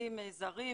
עובדים זרים,